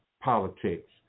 politics